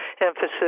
emphasis